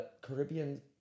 Caribbean